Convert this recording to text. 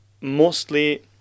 mostly